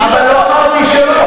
אבל לא אמרתי שלא.